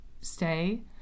stay